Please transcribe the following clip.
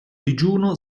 digiuno